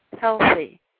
healthy